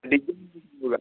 ପୁରା